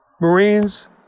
Marines